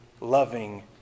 loving